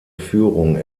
führung